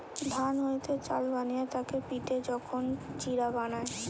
ধান হইতে চাল বানিয়ে তাকে পিটে যখন চিড়া বানায়